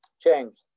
change